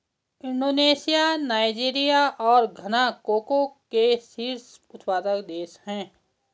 Indonesia Nigeria और Ghana cocoa के शीर्ष उत्पादक देश हैं